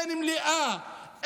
אין מליאה,